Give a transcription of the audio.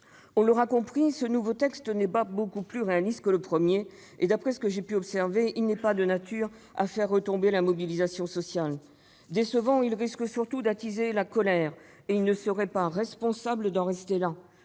On l'aura compris, cette nouvelle version du texte n'est pas beaucoup plus réaliste que la première et, d'après ce que j'ai pu observer, il n'est pas de nature à faire retomber la mobilisation sociale. Décevant, il risque surtout d'attiser la colère. Il ne serait donc pas responsable d'en rester là.